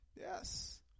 Yes